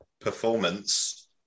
performance